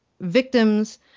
victims